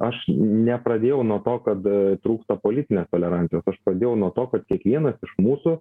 aš nepradėjau nuo to kad trūkta politinės tolerancijos aš pradėjau nuo to kad kiekvienas mūsų